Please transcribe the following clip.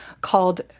called